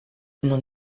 non